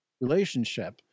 relationship